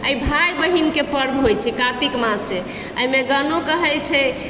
ई भाइ बहिनके पर्व होइ छै कार्तिक मासे अइमे गानो कहय छै